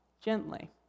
gently